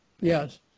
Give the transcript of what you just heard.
Yes